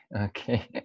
okay